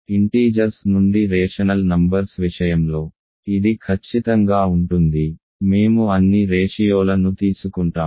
integers నుండి rational numbers విషయంలో ఇది ఖచ్చితంగా ఉంటుంది మేము అన్ని రేషియోల ను తీసుకుంటాము